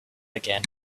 began